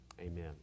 Amen